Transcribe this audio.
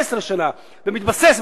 15 שנה ומתבסס,